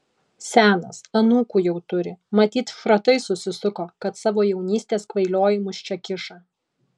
senas anūkų jau turi matyt šratai susisuko kad savo jaunystės kvailiojimus čia kiša